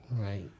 right